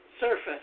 surface